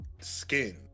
skin